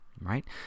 right